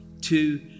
two